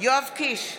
יואב קיש,